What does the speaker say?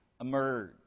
emerge